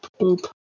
boop